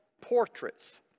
portraits